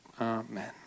Amen